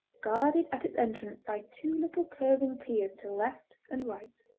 guarded at its entrance by two little curving piers to left and right.